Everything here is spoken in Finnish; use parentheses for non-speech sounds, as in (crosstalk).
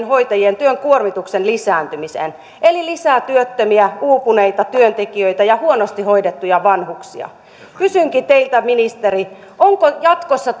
(unintelligible) hoitajien työn kuormituksen lisääntymiseen eli lisää työttömiä uupuneita työntekijöitä ja huonosti hoidettuja vanhuksia kysynkin teiltä ministeri onko jatkossa (unintelligible)